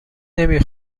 نمی